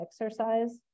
exercise